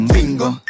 Bingo